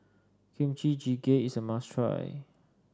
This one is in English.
Kimchi Jjigae is a must try